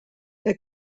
que